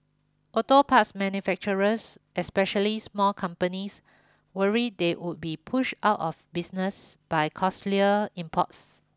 auto parts manufacturers especially small companies worry they would be pushed out of business by costlier imports